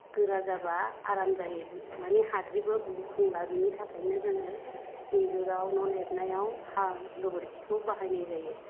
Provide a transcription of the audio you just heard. गोरा जाबा आराम जायो माने हाद्रिबो गुफुंला बेनि थाखायनो जोङो इन्जुराव न' लिरनायाव हा गोबोरखिखौ बाहायनाय जायो